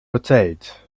rotate